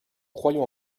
croyons